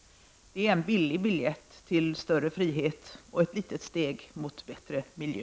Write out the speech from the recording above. Det är en billig biljett till större frihet och ett litet steg i riktning mot bättre en miljö.